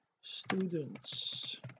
students